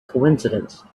coincidence